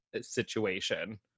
situation